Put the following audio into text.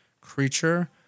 creature